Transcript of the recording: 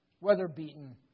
weather-beaten